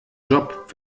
job